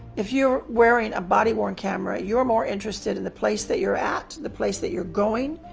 if you're wearing a body-worn camera, you're more interested in the place that you're at, the place that you're going.